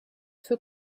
für